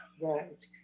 Right